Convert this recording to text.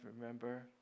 remember